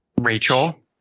rachel